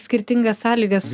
skirtingas sąlygas